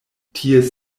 ties